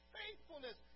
faithfulness